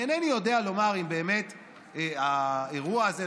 אני אינני יודע לומר אם באמת האירוע הזה,